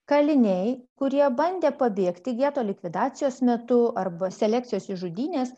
kaliniai kurie bandė pabėgti geto likvidacijos metu arba selekcijos į žudynes